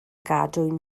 gadwyn